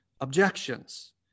objections